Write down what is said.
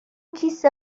کیسه